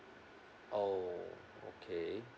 oh okay